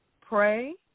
Pray